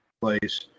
place